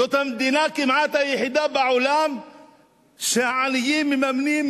זו המדינה כמעט היחידה בעולם שהעניים מממנים,